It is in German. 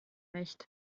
nicht